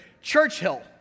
Churchill